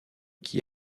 qui